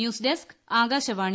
news desk Akashvani